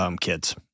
kids